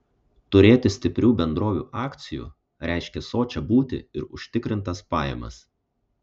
turėti stiprių bendrovių akcijų reiškė sočią būtį ir užtikrintas pajamas